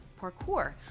parkour